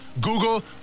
Google